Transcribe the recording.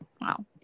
wow